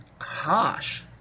harsh